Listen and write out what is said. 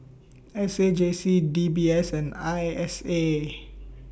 S A J C D B S and I S A